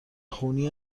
خونی